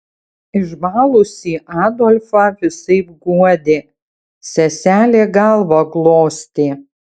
išbalusį adolfą visaip guodė seselė galvą glostė